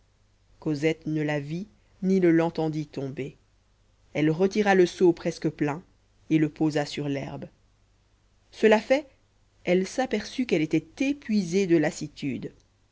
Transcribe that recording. cosette ne la vit ni ne l'entendit tomber elle retira le seau presque plein et le posa sur l'herbe cela fait elle s'aperçut qu'elle était épuisée de lassitude